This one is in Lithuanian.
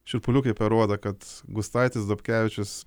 šiurpuliukai per odą kad gustaitis dapkevičius